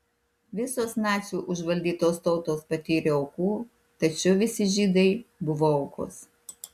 visos nacių užvaldytos tautos patyrė aukų tačiau visi žydai buvo aukos